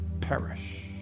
perish